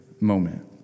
moment